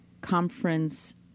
Conference